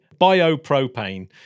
Biopropane